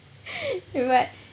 okay but